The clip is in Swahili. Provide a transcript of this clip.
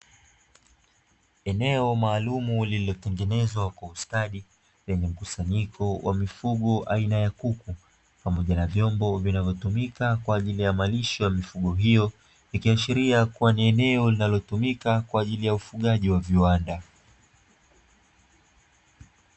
Eneo maalumu lililotengenezwa kwa ustadi, lenye mkusanyiko wa mifugo aina ya kuku pamoja na vyombo vinavyotumika kwa ajili ya malisho ya mifugo hiyo, ikiashiria kuwa ni eneo linalotumika kwa ajili ya ufugaji wa viwanda.